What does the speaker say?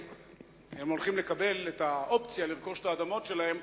הם הולכים לקבל את האופציה לרכוש את האדמות שלהם,